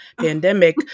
pandemic